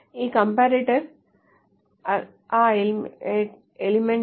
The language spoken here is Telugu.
ఈ కంపరేటర్ ఆ ఎలిమెంట్ లలో ఒకటి కంటే తక్కువ